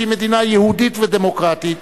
שהיא מדינה יהודית ודמוקרטית,